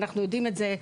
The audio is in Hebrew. אנחנו יודעים את זה,